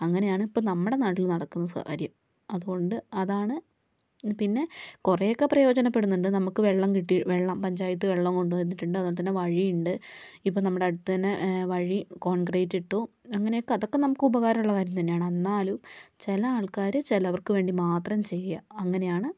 അങ്ങനെയാണ് ഇപ്പം നമ്മുടെ നാട്ടിൽ നടക്കുന്ന കാര്യം അതുകൊണ്ട് അതാണ് പിന്നെ കുറെയൊക്കെ പ്രയോജനപ്പെടുന്നുണ്ട് നമുക്ക് വെള്ളം കിട്ടി വെള്ളം പഞ്ചായത്ത് വെള്ളം കൊണ്ടു വന്നിട്ടുണ്ട് അതുപോലെ തന്നെ വഴിയിണ്ട് ഇപ്പം നമ്മുടെ അടുത്ത് തന്നെ വഴി കോൺക്രീറ്റ് ഇട്ടു അങ്ങനെയൊക്കെ അതൊക്കെ നമുക്ക് ഉപകാരമുള്ള കാര്യം തന്നെയാണ് എന്നാലും ചില ആൾക്കാര് ചിലവർക്ക് വേണ്ടി മാത്രം ചെയ്യുക അങ്ങനെയാണ്